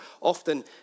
often